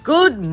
Good